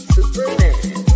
Superman